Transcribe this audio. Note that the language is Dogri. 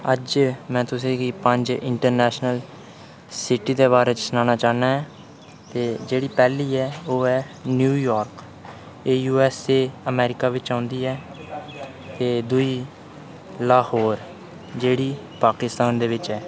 अज्ज मैं तुसेंगी पंज इंटरनेशनल सिटी दे बारे च सनाना चाह्न्नां ते जेह्ड़ी पैह्ली ऐ ओह् ऐ न्यू यार्क एह् यू एस ए अमरीका बिच्च औंदी ऐ ते दुई लाहौर जेह्ड़ी पाकिस्तान दे बिच्च ऐ